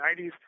1990s